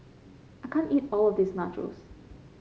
I can't eat all of this Nachos